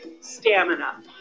stamina